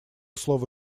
слово